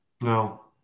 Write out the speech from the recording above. No